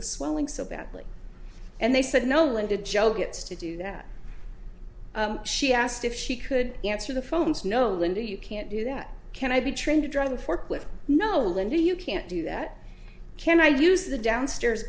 was swelling so badly and they said no linda jo gets to do that she asked if she could answer the phones no linda you can't do that can i be trying to drive the forklift no linda you can't do that can i use the downstairs